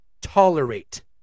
tolerate